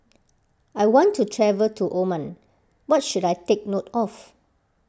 I want to travel to Oman what should I take note of